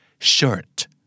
SHIRT